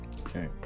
Okay